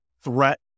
threat